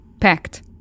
pact